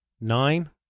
nine